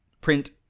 print